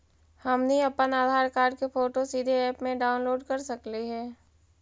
हमनी अप्पन आधार कार्ड के फोटो सीधे ऐप में अपलोड कर सकली हे का?